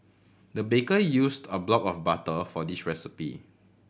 the baker used a block of butter for this recipe